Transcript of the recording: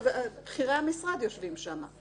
בכירי המשרד יושבים שם.